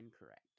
incorrect